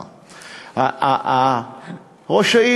20 דקות מתל-אביב, 35 דקות מירושלים, מרכז הארץ.